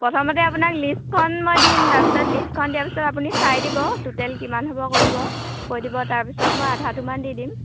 প্ৰথমতে আপোনাক লিষ্টখন মই দিম তাৰ পিছত লিষ্টখন দিয়াৰ পিছত আপুনি চাই দিব টোটেল কিমান হ'ব কৈ দিব কৈ দিব তাৰ পিছত মই আধাটোমান দি দিম